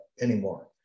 anymore